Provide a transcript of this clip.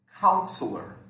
Counselor